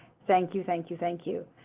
thank you. thank you. thank you.